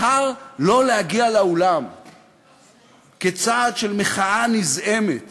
בחר לא להגיע לאולם כצעד של מחאה נזעמת